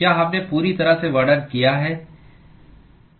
क्या हमने पूरी तरह से वर्णन किया है